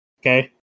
Okay